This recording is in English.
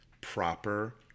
proper